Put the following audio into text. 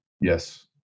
Yes